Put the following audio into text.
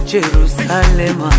Jerusalem